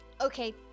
Okay